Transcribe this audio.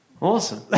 Awesome